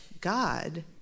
God